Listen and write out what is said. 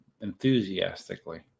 enthusiastically